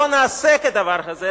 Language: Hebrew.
לא נעשה כדבר הזה,